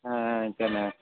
ஆ ஆ சரிண்ண